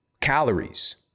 calories